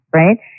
right